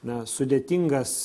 na sudėtingas